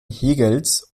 hegels